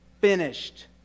finished